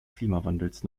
klimawandels